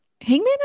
Hangman